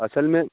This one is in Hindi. असल में